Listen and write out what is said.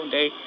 day